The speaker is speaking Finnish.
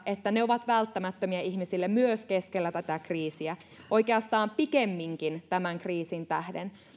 että ne ovat välttämättömiä ihmisille myös keskellä tätä kriisiä oikeastaan pikemminkin tämän kriisin tähden